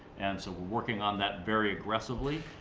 and so we're working on that very aggressively.